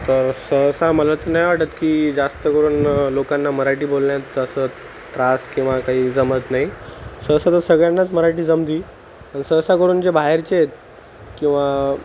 तर सहसा मला तर नाही वाटत की जास्त करून लोकांना मराठी बोलण्यात तसं त्रास किंवा काही जमत नाही सहसा तर सगळ्यांनाच मराठी जमते आणि सहसा करून जे बाहेरचे आहेत किंवा